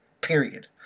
Period